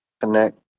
Connect